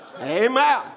Amen